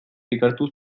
ikertuz